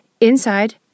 Inside